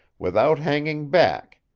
without hanging back,